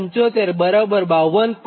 75 52